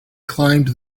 climbed